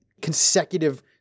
consecutive